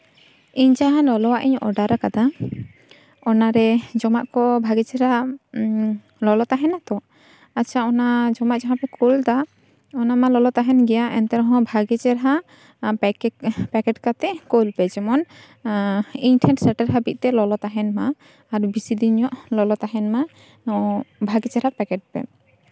ᱤᱧ ᱡᱟᱦᱟᱸ ᱞᱚᱞᱚᱣᱟᱜ ᱤᱧ ᱚᱰᱟᱨ ᱠᱟᱫᱟ ᱚᱱᱟᱨᱮ ᱡᱚᱢᱟᱜ ᱠᱚ ᱵᱷᱟᱜᱮ ᱪᱮᱦᱨᱟ ᱞᱚᱞᱚ ᱛᱟᱦᱮᱱᱟ ᱛᱚ ᱟᱪᱪᱷᱟ ᱚᱱᱟ ᱡᱚᱢᱟᱜ ᱡᱟᱦᱟᱸ ᱯᱮ ᱠᱩᱞᱫᱟ ᱚᱱᱟᱢᱟ ᱞᱚᱞᱚ ᱛᱟᱦᱮᱱ ᱜᱮᱭᱟ ᱮᱱᱛᱮ ᱨᱮᱦᱚᱸ ᱵᱷᱟᱜᱮ ᱪᱮᱦᱨᱟ ᱯᱮᱠᱮᱴ ᱠᱟᱛᱮ ᱠᱩᱞᱯᱮ ᱡᱮᱢᱚᱱ ᱤᱧ ᱴᱷᱮᱱ ᱥᱮᱴᱮᱨ ᱦᱟᱹᱵᱤᱡ ᱛᱮ ᱞᱚᱞᱚ ᱛᱟᱦᱮᱱ ᱢᱟ ᱟᱨ ᱵᱮᱥᱤ ᱫᱤᱱ ᱧᱚᱜ ᱞᱚᱞᱚ ᱛᱟᱦᱮᱱ ᱢᱟ ᱱᱚᱣᱟ ᱵᱷᱟᱜᱮ ᱪᱮᱦᱨᱟ ᱯᱮᱠᱮᱴ ᱯᱮ